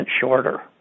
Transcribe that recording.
shorter